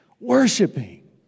Worshipping